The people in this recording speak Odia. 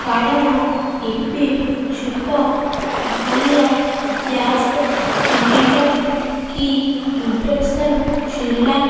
କାରଣ ଏବେ ଯୁଗ ଭଳିଆ ଗ୍ୟାସ୍ ସିଲିଣ୍ଡର୍ କି ଇଂଡ଼କ୍ସନ୍ ଚୂଲା